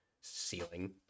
ceiling